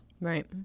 Right